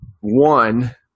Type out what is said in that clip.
one